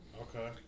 Okay